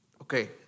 okay